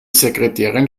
sekretärin